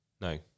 No